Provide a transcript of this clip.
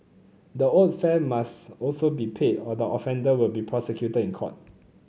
the owed fare must also be paid or the offender will be prosecuted in court